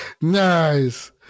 nice